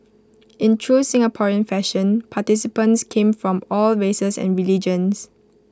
in true Singaporean fashion participants came from all races and religions